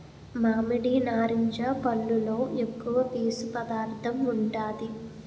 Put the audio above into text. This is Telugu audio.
మామిడి, నారింజ పల్లులో ఎక్కువ పీసు పదార్థం ఉంటాది